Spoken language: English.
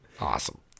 Awesome